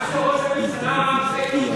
מה שראש הממשלה אמר,